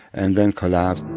and then collapsed